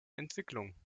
entwicklung